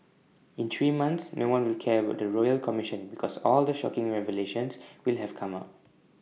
in three months no one will care about the royal commission because all the shocking revelations will have come out